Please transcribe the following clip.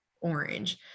orange